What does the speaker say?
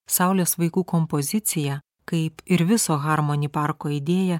saulės vaikų kompozicija kaip ir viso harmoni parko idėja